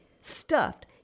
stuffed